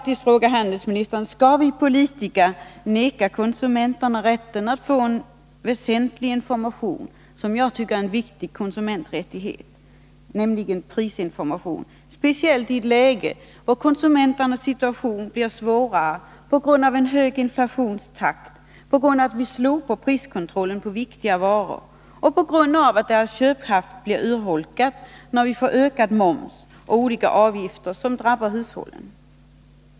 Jag vill fråga handelsministern: Skall vi politiker förvägra konsumenterna rätten att få prisinformation, något som jag tycker är en viktig konsumenträttighet, speciellt i ett läge där konsumenternas situation blir svårare på grund av en hög inflationstakt, på grund av slopandet av priskontrollen på viktiga varor och på grund av urholkningen av konsumenternas köpkraft när momsökningar och olika avgifter drabbar hushållen.